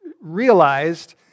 realized